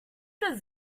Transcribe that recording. does